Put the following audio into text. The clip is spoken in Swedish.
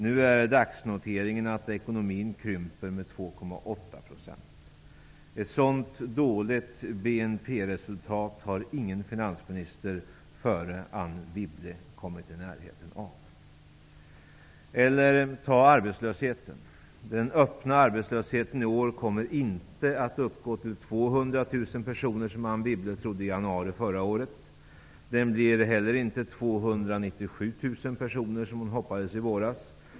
Nu är dagsnoteringen att ekonomin krymper med Ett sådant dåligt BNP-resultat har ingen finansminister före Anne Wibble kommit i närheten av. Jag kan också nämna arbetslösheten. Den öppna arbetslösheten kommer i år inte att uppgå till 200 000 personer, som Anne Wibble trodde i januari förra året. Den kommer heller inte att uppgå till 297 000 personer, som hon hoppades i våras.